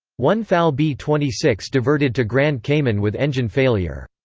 one fal b twenty six diverted to grand cayman with engine failure.